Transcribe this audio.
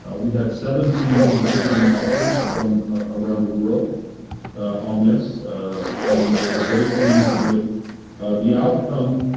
we had seventeen contributing authors from around the world on this and we're very pleased with the outcome.